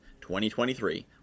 2023